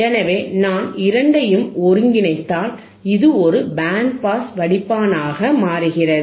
எனவே நான் இரண்டையும் ஒருங்கிணைத்தால் இது ஒரு பேண்ட் பாஸ் வடிப்பானாக மாறுகிறது